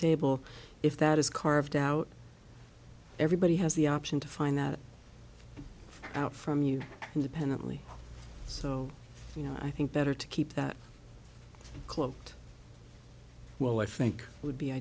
table if that is carved out everybody has the option to find that out from you independently so you know i think better to keep that close well i think would be